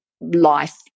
life